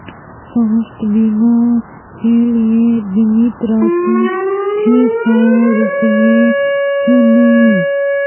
स्वास्थ्य बीमा के लिए बीमित राशि छः सौ रुपये चुनें